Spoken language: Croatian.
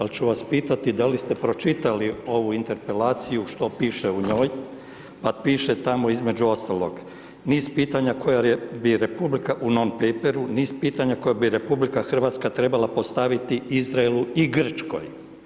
Ali ću vas pitati da li ste pročitali ovu interpelaciju što piše u njoj, pa piše tamo između ostalog, niz pitanja koje bi Republika, u non paperu, niz pitanja koje bi RH trebala postaviti Izraelu i Grčkoj.